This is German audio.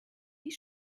wie